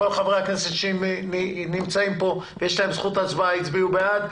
פה אחד אושר כל חברי הכנסת שנמצאים כאן ויש להם זכות הצבעה הצביעו בעד.